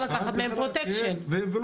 כמו